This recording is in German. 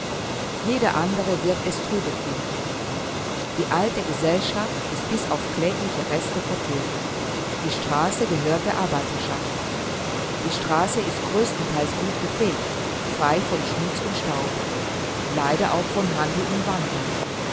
jeder andere wird es trübe finden die alte gesellschaft ist bis auf klägliche reste vertilgt die straße gehört der arbeiterschaft die straße ist größtenteils gut gefegt frei von schmutz und staub leider auch von handel und wandel